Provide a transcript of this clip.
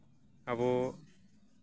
ᱟᱵᱚ